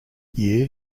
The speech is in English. year